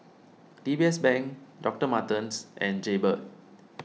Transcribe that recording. D B S Bank Doctor Martens and Jaybird